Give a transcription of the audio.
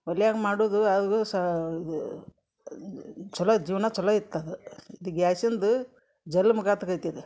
ಒಲ್ಯಾಗ ಮಾಡುವುದು ಆಗೂ ಸಹ ಇದು ಚಲೋ ಜೀವನ ಚಲೋ ಇತ್ತದು ಇದು ಗ್ಯಾಸಿಂದು ಜಲ್ ಮುಗಾತ್ ಗೈತ್ಯದ್